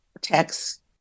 text